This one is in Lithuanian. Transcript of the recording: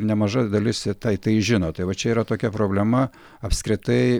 nemaža dalis tai tai žino tai va čia yra tokia problema apskritai